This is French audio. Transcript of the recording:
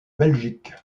belgique